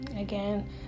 again